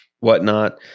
whatnot